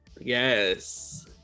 Yes